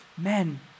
Men